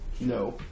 No